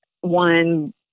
one